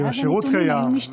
ואז הנתונים היו משתנים.